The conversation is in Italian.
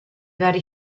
vari